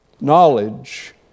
Knowledge